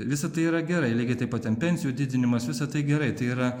visa tai yra gerai lygiai taip pat ten pensijų didinimas visa tai gerai tai yra